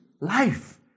life